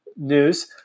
news